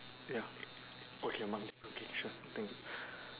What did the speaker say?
ya okay mark different okay sure thank